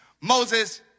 Moses